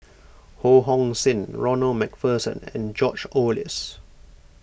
Ho Hong Sing Ronald MacPherson and George Oehlers